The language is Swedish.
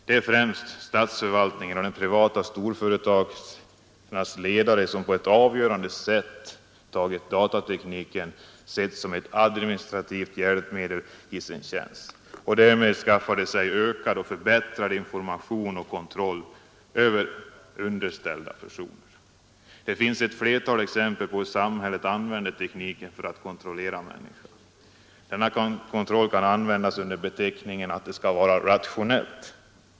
Det är främst statsförvaltningen och de privata storföretagens ledare som på ett avgörande sätt tagit datatekniken, sedd som administrativt hjälpmedel, i sin tjänst. Därmed skaffar de sig ökad och förbättrad information om och kontroll över underställda personer. Det finns ett flertal exempel på hur samhället använder tekniken för att kontrollera människor. Denna kontroll kan användas under beteckningen ”att det skall vara rationellt”.